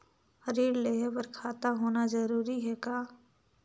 ऋण लेहे बर खाता होना जरूरी ह का?